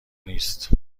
نیست